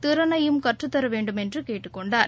திறனையும் கற்றுத்தரவேண்டுமென்றுகேட்டுக் கொண்டார்